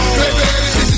baby